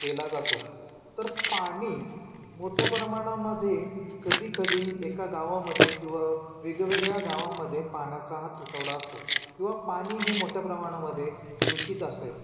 केला जातो तर पाणी मोठ्या प्रमाणामध्ये कधीकधी एका गावामध्ये किंवा वेगवेगळ्या गावामध्ये पाण्याचा हा तुटवडा असतो किंवा पाणी हे मोठ्या प्रमाणामध्ये दूषित असते